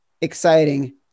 exciting